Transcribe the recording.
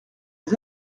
les